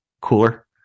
cooler